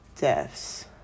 deaths